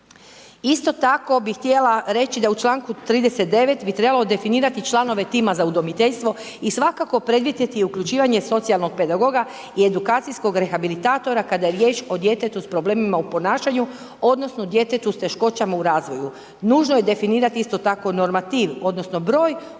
Isto tako bih htjela reći da u članku 39 bi trebalo definirati članove tima za udomiteljstvo i svakako predvidjeti i uključivanje socijalnog pedagoga i edukacijskog rehabilitatora kada je riječ o djetetu sa problemima u ponašanju odnosno djetetu sa teškoćama u razvoju. Nužno je definirati isto tako normativ, odnosno broj